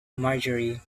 marjorie